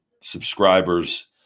subscribers